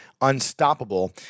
Unstoppable